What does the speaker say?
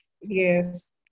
yes